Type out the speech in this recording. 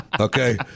Okay